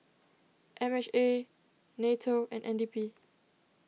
M H A Nato and N D P